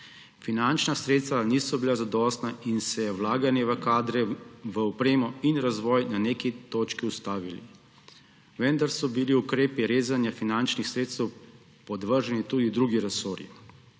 Finančna sredstva niso bila zadostna in se je vlaganje v kadre, v opremo in razvoj na neki točki ustavilo. Vendar so bili ukrepom rezanja finančnih sredstev podvrženi tudi drugi resorji.